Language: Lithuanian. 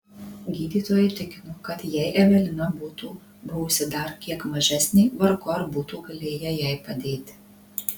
gydytojai tikino kad jei evelina būtų buvusi dar kiek mažesnė vargu ar būtų galėję jai padėti